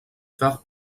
fer